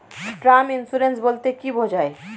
Term insurance বলতে কী বোঝায়?